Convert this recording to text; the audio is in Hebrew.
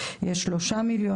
יש 3 מיליון.